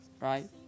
right